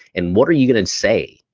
and what are you gonna and say?